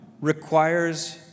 requires